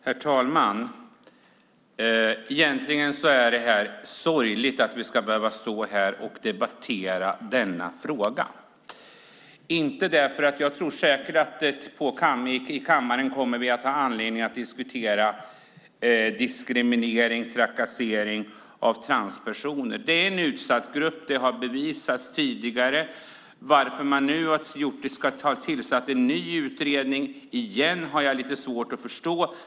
Herr talman! Det är egentligen sorgligt att vi ska behöva stå här och debattera denna fråga. Vi kommer säkert i kammaren att ha anledning att diskutera diskriminering och trakassering av transpersoner. Det är en utsatt grupp, och det har bevisats tidigare. Varför man nu igen har tillsatt en utredning har jag lite svårt att förstå.